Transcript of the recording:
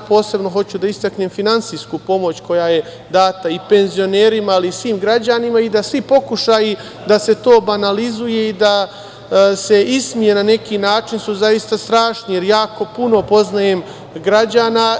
Posebno hoću da istaknem finansijsku pomoć koja je data i penzionerima, ali i svim građanima i da svi pokušaji da se to banalizuje i da se ismeje na neki način su zaista strašni, jer jako puno poznajem građana